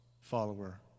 follower